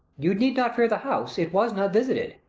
you need not fear the house it was not visited.